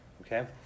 okay